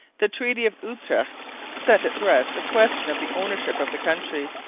the treaty of utrecht set at rest the question of the ownership of the country.